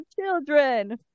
children